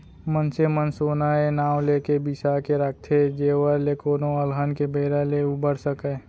मनसे मन सोना ए नांव लेके बिसा के राखथे जेखर ले कोनो अलहन के बेरा ले उबर सकय